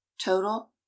total